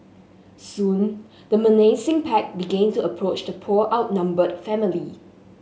soon the menacing pack begin to approach the poor outnumbered family